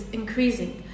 increasing